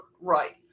Right